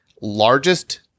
largest